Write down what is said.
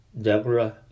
Deborah